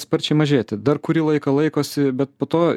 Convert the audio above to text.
sparčiai mažėti dar kurį laiką laikosi bet po to